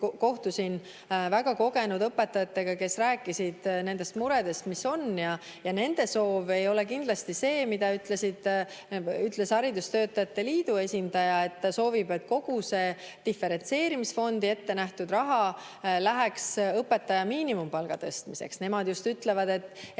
kohtusin väga kogenud õpetajatega, kes rääkisid muredest, mis neil on, ja nende soov ei ole kindlasti see, mida soovib haridustöötajate liidu esindaja – et kogu see diferentseerimisfondi ette nähtud raha läheks õpetaja miinimumpalga tõstmiseks. Nemad ütlevad